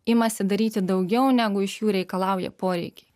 imasi daryti daugiau negu iš jų reikalauja poreikiai